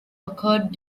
occurred